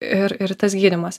ir ir tas gydymas